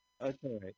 Okay